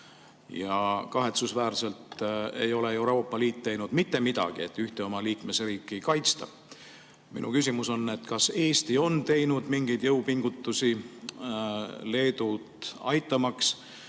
Kahetsusväärselt ei ole Euroopa Liit teinud mitte midagi, et ühte oma liikmesriiki kaitsta. Minu küsimus on, kas Eesti on teinud mingeid jõupingutusi, et Leedut aidata,